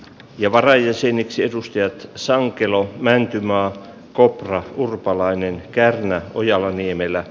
ja seuraavat edustajat sankelo mäntymaa kopra urpalainen kärnä ojala niemelä